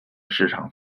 市场